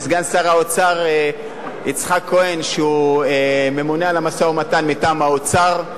סגן שר האוצר יצחק כהן שהוא ממונה על המשא-ומתן מטעם האוצר,